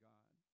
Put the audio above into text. God